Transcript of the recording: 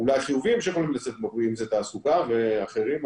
אולי חיוביים שיכולים ל- -- אם זה תעסוקה ואחרים,